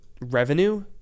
revenue